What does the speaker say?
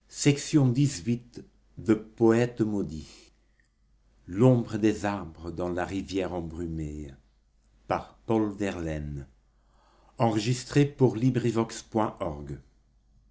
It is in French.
de bergebac l'ombre des arbres dans la rivière embrumée